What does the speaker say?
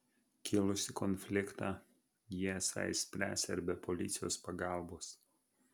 kilusį konfliktą jie esą išspręsią ir be policijos pagalbos